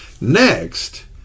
Next